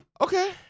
Okay